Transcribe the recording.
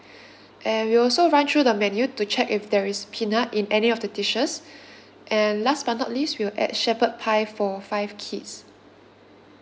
and we'll also run through the menu to check if there is peanut in any of the dishes and last but not least we will add shepherd pie for five kids